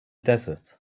desert